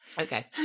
Okay